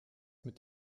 mit